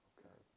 Okay